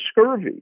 scurvy